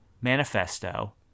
manifesto